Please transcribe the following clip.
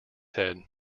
head